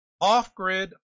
off-grid